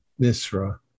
Nisra